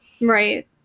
Right